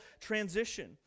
transition